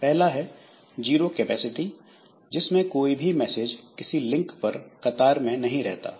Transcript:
पहला है zero capacity जिसमें कोई भी मैसेज किसी लिंक पर कतार में नहीं रहता है